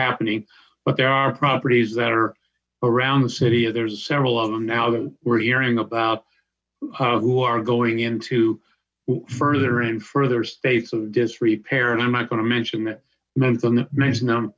happening but there are properties that are around the city there's several of them now that we're hearing about who are going into further and further states of disrepair and i'm not going to mention that month mentioned them